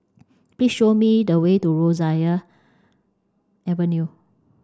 please show me the way to Rosyth Avenue